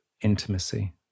intimacy